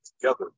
together